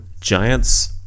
giants